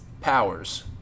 Powers